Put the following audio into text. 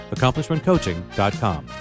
AccomplishmentCoaching.com